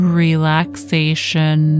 relaxation